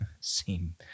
seem